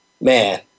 Man